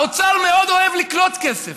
האוצר מאוד אוהב לקלוט כסף,